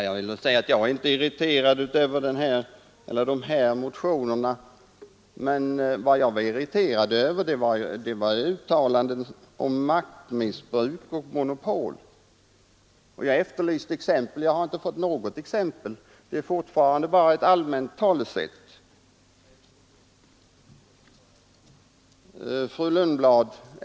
Herr talman! Jag är inte irriterad över dessa motioner utan över uttalandena om maktmissbruk och om monopol. Jag efterlyste exempel men har inte fått något. Det är fortfarande bara allmänna talesätt.